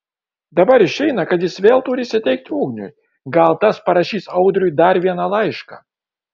dabar išeina kad jis vėl turi įsiteikti ugniui gal tas parašys audriui dar vieną laišką